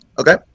Okay